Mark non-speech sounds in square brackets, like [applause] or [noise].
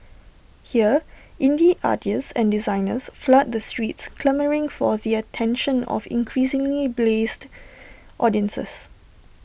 here indie artists and designers flood the streets clamouring for the attention of increasingly blase [unintelligible] [noise] audiences